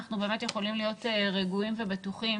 אנחנו באמת יכולים להיות רגועים ובטוחים